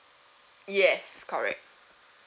yes correct